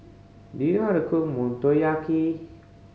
do you how to cook Motoyaki